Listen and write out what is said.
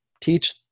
teach